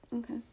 Okay